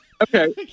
Okay